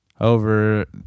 over